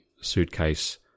suitcase